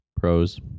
pros